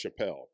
Chappelle